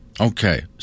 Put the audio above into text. Okay